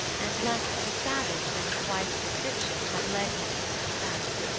and less of a savage than his wife's description had led him to expect.